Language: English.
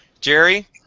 Jerry